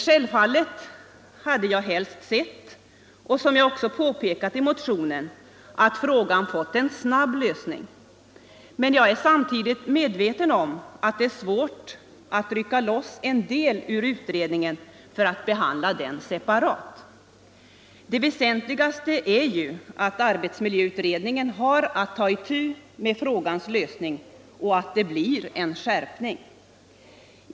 Självfallet hade jag helst sett — som jag också påpekat i motionen — att frågan fått en snabb lösning. Men jag är samtidigt medveten om att det är svårt att rycka loss en del ur utredningen för att behandla den separat. Det väsentligaste är ju att arbetsmiljöutredningen har att ta itu med frågans lösning och att det blir en skärpning.